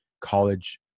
college